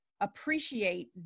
appreciate